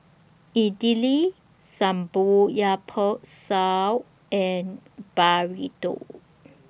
Idili Samgeyopsal and Burrito